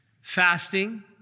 fasting